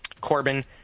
Corbin